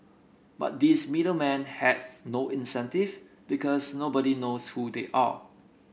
but these middle man have no incentive because nobody knows who they are